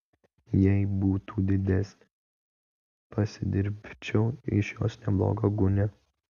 jei būtų didesnė pasidirbdinčiau iš jos neblogą gūnią